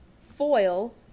Foil